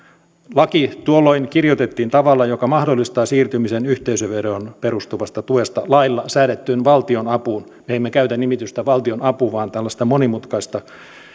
laki tuolloin kirjoitettiin tavalla joka mahdollistaa siirtymisen yhteisöveroon perustuvasta tuesta lailla säädettyyn valtionapuun me emme käytä nimitystä valtionapu vaan tällaista monimutkaista